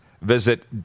Visit